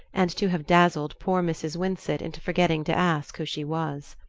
and to have dazzled poor mrs. winsett into forgetting to ask who she was.